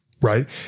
right